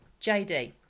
JD